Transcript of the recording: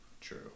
True